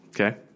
Okay